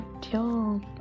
till